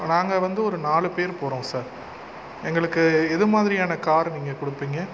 நாங்கள் வந்து ஒரு நாலு பேர் போகிறோம் சார் எங்களுக்கு எது மாதிரியான கார் நீங்கள் கொடுப்பீங்க